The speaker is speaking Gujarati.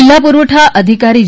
જિલ્લા પુરવઠા અધિકારી જે